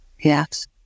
Yes